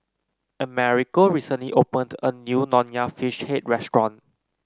Americo recently opened a new Nonya Fish Head restaurant